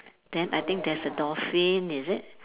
then I think there's a dolphin is it